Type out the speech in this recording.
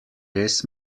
res